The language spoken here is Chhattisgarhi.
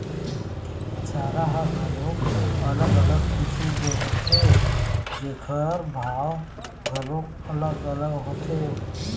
चारा ह घलोक अलग अलग किसम के होथे जेखर भाव घलोक अलग अलग होथे